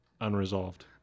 unresolved